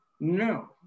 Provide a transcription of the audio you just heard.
no